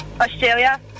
Australia